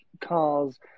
cars